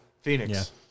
Phoenix